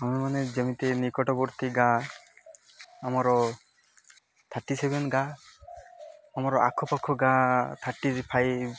ଆମେମାନେ ଯେମିତି ନିକଟବର୍ତ୍ତୀ ଗାଁ ଆମର ଥାର୍ଟି ସେଭେନ୍ ଗାଁ ଆମର ଆଖ ପାଖ ଗାଁ ଥାର୍ଟି ଫାଇଭ୍